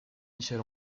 michel